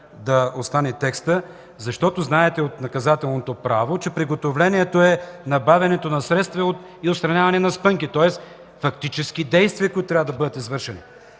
да остане текстът. Знаете от наказателното право, че приготовлението е набавянето на средства и отстраняване на спънки, тоест фактически действия, които трябва да бъдат извършени.